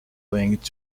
linked